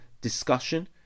discussion